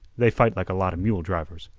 they fight like a lot a mule drivers.